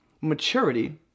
Maturity